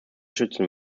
schützen